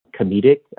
comedic